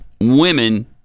women